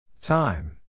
Time